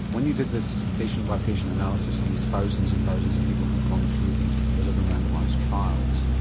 when you did this patient-by-patient analysis on these thousands and thousands of people who had gone through these eleven randomised trials,